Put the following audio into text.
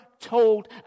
told